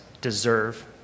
deserve